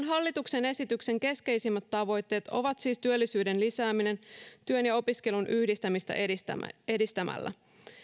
hallituksen esityksen keskeisimmät tavoitteet ovat siis työllisyyden lisääminen työn ja opiskelun yhdistämistä edistämällä edistämällä